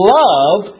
love